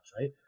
right